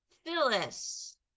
Phyllis